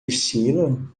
estilo